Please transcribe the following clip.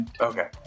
Okay